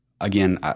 Again